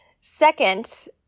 Second